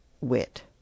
wit